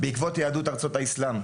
בעקבות יהדות ארצות האסלאם.